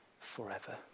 forever